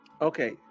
Okay